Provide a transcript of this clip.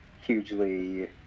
hugely